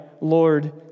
Lord